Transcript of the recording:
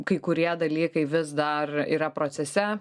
kai kurie dalykai vis dar yra procese